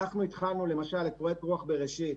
למשל את פרויקט "רוח בראשית",